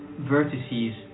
vertices